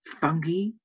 fungi